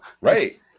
Right